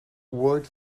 world